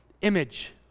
image